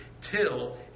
till